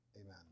amen